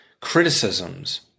criticisms